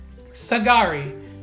Sagari